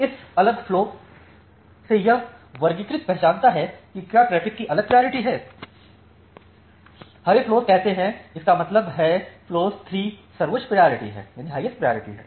इस अलग फ्लोस से यह वर्गीकृत पहचानता है कि क्या ट्रैफिक की अलग प्रायोरिटी है हरे फ्लोस कहते हैं इसका मतलब है फ्लोस 3 सर्वोच्च प्रायोरिटी है